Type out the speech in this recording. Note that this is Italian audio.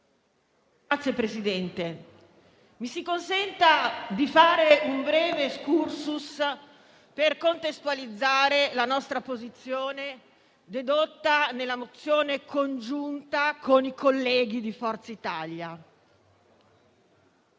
Signor Presidente, mi si consenta di fare un breve *excursus* per contestualizzare la nostra posizione dedotta nella mozione congiunta con i colleghi di Forza Italia. L'Italia,